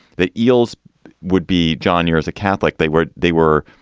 the eels would be john years a catholic. they were. they were.